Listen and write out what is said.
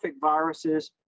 viruses